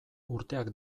urteak